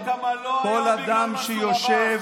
אנחנו לא יודעים כמה לא היו בגלל מנסור עבאס,